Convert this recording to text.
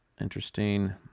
interesting